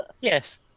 Yes